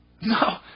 No